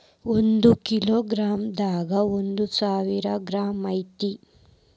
ಒಂದ kilo gram ದಾಗ ಒಂದ ಸಾವಿರ ಗ್ರಾಂ ಐತಿ